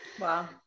Wow